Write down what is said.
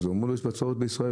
אז אמרו לו יש בצורת בישראל,